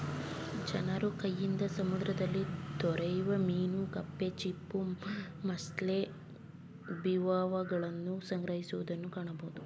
ಜನರು ಕೈಯಿಂದ ಸಮುದ್ರದಲ್ಲಿ ದೊರೆಯುವ ಮೀನು ಕಪ್ಪೆ ಚಿಪ್ಪು, ಮಸ್ಸೆಲ್ಸ್, ಬಿವಾಲ್ವಗಳನ್ನು ಸಂಗ್ರಹಿಸುವುದನ್ನು ಕಾಣಬೋದು